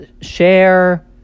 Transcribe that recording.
share